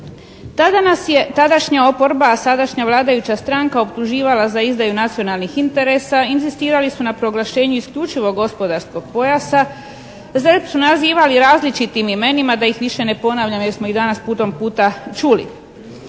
Tada nas je tadašnja oporba a sadašnja vladajuća stranka optuživala za izdaju nacionalnih interesa, inzistirali su na proglašenju isključivo gospodarskog pojasa, ZERP u nazivali različitim imenima da ih više ne ponavljam jer smo ih danas puno puta čuli.